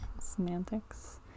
Semantics